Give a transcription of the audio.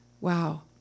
Wow